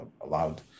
allowed